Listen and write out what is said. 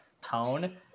tone